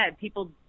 people